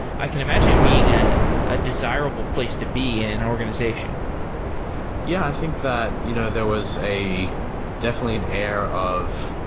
i can imagine it being a ah desirable place to be in an organization yeah. i think that you know there was definitely an air of,